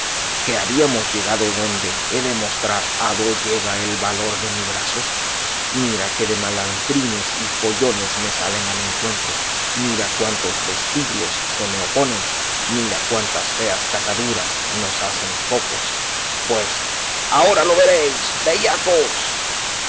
que habíamos llegado donde he de mostrar a dó llega el valor de mi brazo mira qué de malandrines y follones me salen al encuentro mira cuántos vestiglos se me oponen mira cuántas feas cataduras nos hacen cocos pues ahora lo veréis bellacos